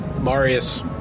Marius